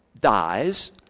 dies